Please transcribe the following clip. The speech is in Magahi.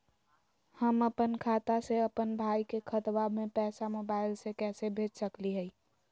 हम अपन खाता से अपन भाई के खतवा में पैसा मोबाईल से कैसे भेज सकली हई?